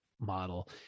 model